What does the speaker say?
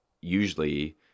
usually